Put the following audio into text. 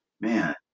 man